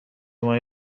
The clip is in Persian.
ماه